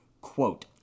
Quote